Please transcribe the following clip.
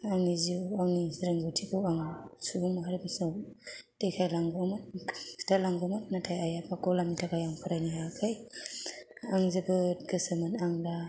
आंनि जिउ आंनि रोंगौथिखौ आं सुबुं माहारिफोरजों देखाय लांगौमोन खिन्था लांगौमोन नाथाय आइ आफा गलामनि थाखाय आं फरायनो हायाखै आं जोबोद गोसोमोन आं दा